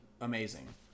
amazing